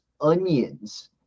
onions